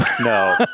No